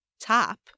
top